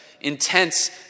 intense